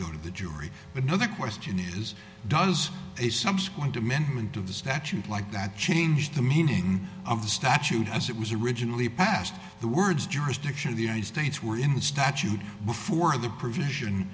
go to the jury but another question is does a subsequent amendment of the statute like that change the meaning of the statute as it was originally passed the words jurisdiction of the united states were in the statute before the pr